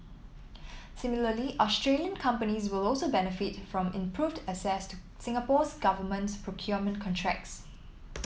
similarly Australian companies will also benefit from improved access to Singapore's government procurement contracts